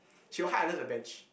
she will hide under the bench